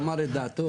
הוא אמר את דעתו.